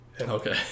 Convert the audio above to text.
Okay